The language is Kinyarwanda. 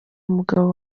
umugabo